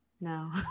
no